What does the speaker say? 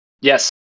Yes